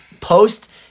post